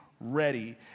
ready